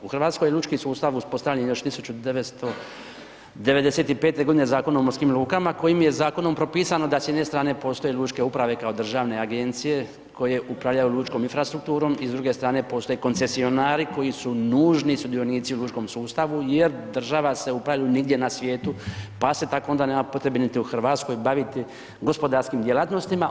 U Hrvatskoj je lučki sustav uspostavljen još 1995. godine Zakonom o morskim lukama kojim je zakonom propisano s jedne strane postoje lučke uprave kao državne agencije koje upravljaju lučkom infrastrukturom i s druge strane postoje koncesionari koji su nužni sudionici u lučkom sustavu jer država se u pravilu nigdje na svijetu, pa se tako onda nema potrebe niti u Hrvatskoj baviti gospodarskim djelatnostima.